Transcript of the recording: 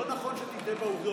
לא נכון שתטעה בעובדות.